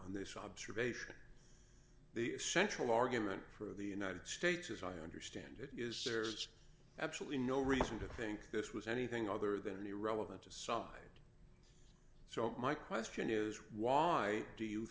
on this observation the central argument for the united states as i understand it is there's absolutely no reason to think this was anything other than an irrelevant aside so my question is why do you